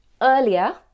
earlier